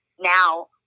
now